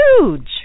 huge